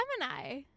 Gemini